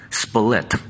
split，